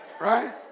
Right